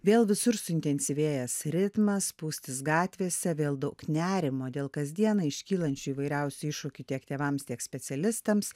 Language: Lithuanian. vėl visur suintensyvėjęs ritmas spūstys gatvėse vėl daug nerimo dėl kasdieną iškylančių įvairiausių iššūkių tiek tėvams tiek specialistams